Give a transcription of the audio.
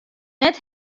net